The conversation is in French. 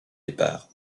départ